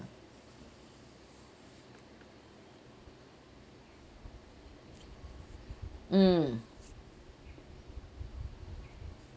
mm